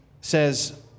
says